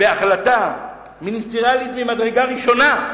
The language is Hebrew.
בהחלטה מיניסטריאלית ממדרגה ראשונה,